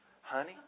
honey